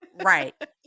right